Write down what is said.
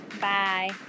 Bye